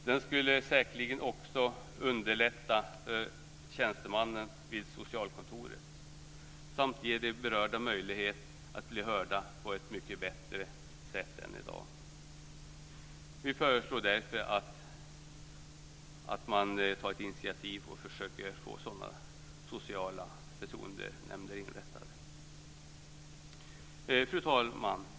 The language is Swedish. Den skulle säkerligen också underlätta för tjänstemän vid socialkontoren samt ge de berörda möjlighet att bli hörda på ett mycket bättre sätt än i dag. Vi föreslår därför att man tar ett initiativ och försöker få sådana sociala förtroendenämnder inrättade. Fru talman!